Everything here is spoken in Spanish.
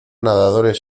nadadores